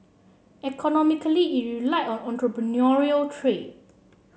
economically it relied on entrepreneurial trade